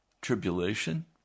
Tribulation